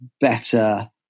better